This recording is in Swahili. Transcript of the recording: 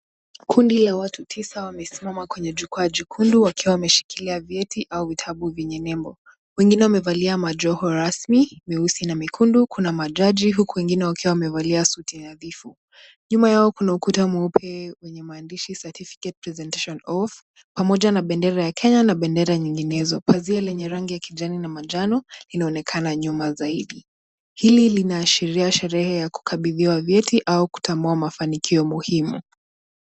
Kundi la watu tisa wamesimama kwenye jukwaa jekundu wakiwa wameshikilia vyeti au vitabu vyenye nembo. Wengine wamevalia majoho rasmi meusi na mekundu, kuna majaji huku wengine wakiwa wamevalia suti nadhifu. Nyuma yao kuna ukuta mweupe wenye maandishi certificate presentation oath pamoja na bendera ya Kenya na bendera nyinginezo. Pazia lenye rangi ya kijani na manjano inaonekana nyuma zaidi. Hili linaashiria sherehe ya kukabidhiwa vyeti au kutambua mafanikio muhimu.